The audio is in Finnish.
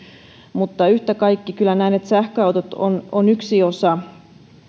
mutta yhtä kaikki kyllä näen että sähköautot ovat yksi osa